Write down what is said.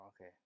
Okay